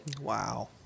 Wow